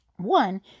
One